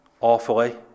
Awfully